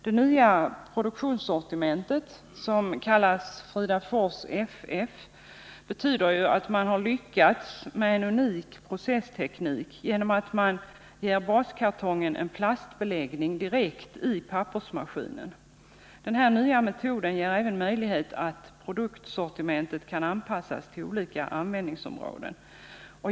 Det nya produktsortimentet kallas Fridafors FF och innebär att man har lyckats skapa en unik processteknik genom att man direkt i pappersmaskinen kan förse baskartongen med en plastbeläggning. Med den nya metoden är det även möjligt att anpassa produktsortimentet till olika användningsområden.